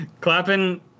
Clapping